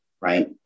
right